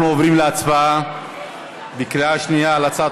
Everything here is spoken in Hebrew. אנחנו עוברים להצבעה בקריאה שנייה על הצעת